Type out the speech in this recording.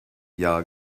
jahr